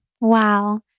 Wow